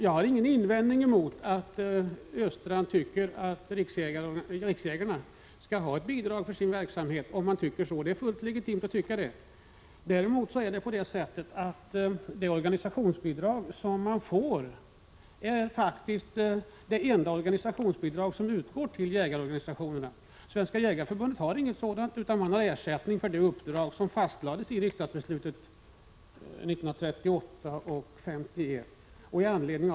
Jag har ingen invändning emot att Olle Östrand tycker att Riksjägarna skall ha ett bidrag för sin verksamhet. Det är fullt legitimt att ha den uppfattningen. Men det organisationsbidrag som Riksjägarna får är faktiskt det enda organisationsbidrag som utgår till jägarorganisationerna. Svenska jägareförbundet får inget bidrag, utan förbundet får ersättning för de uppdrag som fastlades i riksdagsbesluten 1938 och 1951.